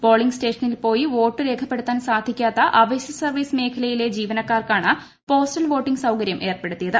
polling സ്റ്റേഷനിൽ പോയി vote രേഖപ്പെടുത്താൻ സാധിക്കാത്ത അവശ്യ സർവീസ് മേഖലയിലെ ജീവനക്കാർക്കാണ് പോസ്റ്റൽ വോട്ടിങ്ങ് സൌകര്യം ഏർപ്പെടുത്തിയത്